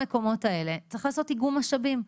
במקומות האלה צריך לעשות איגום משאבים.